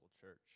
church